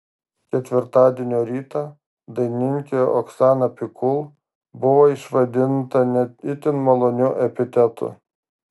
ketvirtadienio rytą dainininkė oksana pikul buvo išvadinta ne itin maloniu epitetu